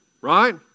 Right